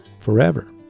forever